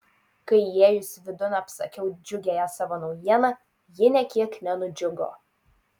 kai įėjusi vidun apsakiau džiugiąją savo naujieną ji nė kiek nenudžiugo